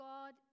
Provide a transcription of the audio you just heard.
God